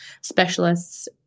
specialists